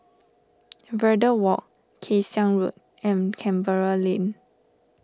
Verde Walk Kay Siang Road and Canberra Lane